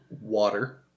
water